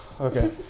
Okay